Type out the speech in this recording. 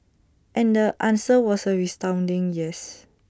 and the answer was A resounding yes